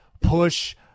push